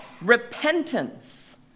Repentance